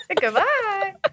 Goodbye